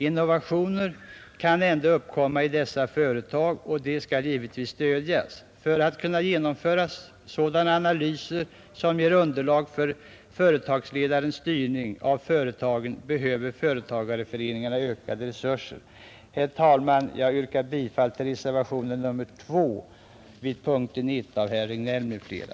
Innovationer kan ändå uppkomma i dessa företag, och de skall givetvis stödjas. För att kunna genomföra sådana analyser, som ger underlag för företagsledarens styrning av företaget, behöver företagareföreningarna ökade resurser. Herr talman! Jag yrkar bifall till reservationen 2 vid punkten 1 av herr Regnéll m.fl.